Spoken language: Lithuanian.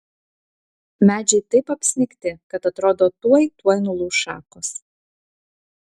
medžiai taip apsnigti kad atrodo tuoj tuoj nulūš šakos